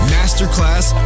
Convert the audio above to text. Masterclass